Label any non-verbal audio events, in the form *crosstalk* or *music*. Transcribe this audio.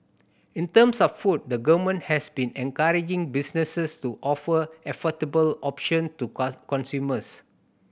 in terms of food the Government has been encouraging businesses to offer affordable option to *unintelligible* consumers